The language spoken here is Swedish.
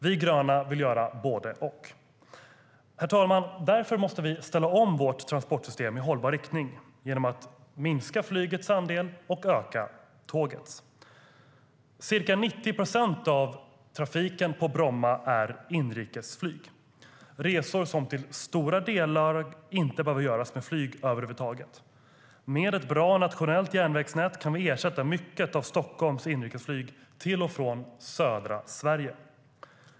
Vi gröna vill göra både och. Därför måste vi ställa om vårt transportsystem i hållbar riktning, herr talman, och det gör vi genom att minska flygets andel och öka tågets. Av flygtrafiken på Bromma är ca 90 procent inrikesflyg, vilket är resor som till stora delar inte behöver göras med flyg över huvud taget. Med ett bra nationellt järnvägsnät kan vi ersätta mycket av Stockholms inrikesflyg till och från södra Sverige.